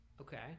okay